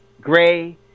gray